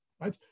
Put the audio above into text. right